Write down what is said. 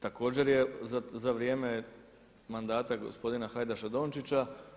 Također je za vrijeme mandata gospodina Hajdaša-Dončića.